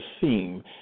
theme